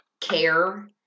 care